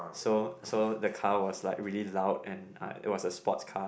so so the car was like really loud and ah it was a sports car